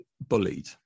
bullied